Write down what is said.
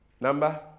number